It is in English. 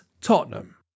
Tottenham